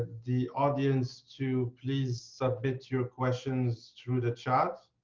the audience to please submit your questions through the chat.